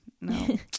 No